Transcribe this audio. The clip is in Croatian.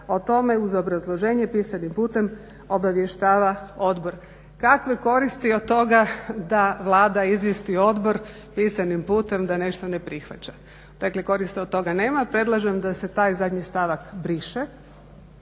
o tome uz obrazloženje pisanim putem obavještava odbor. Kakve koristi od toga da Vlada izvijesti odbor pisanim putem da nešto ne prihvaća? Dakle koristi od toga nema. Predlažem da se taj zadnji stavak briše